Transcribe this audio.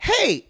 Hey